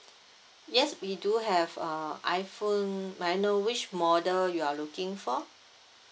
yes we do have uh iPhone may I know which model you're looking for